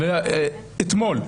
אתמול.